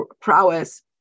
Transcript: prowess